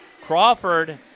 Crawford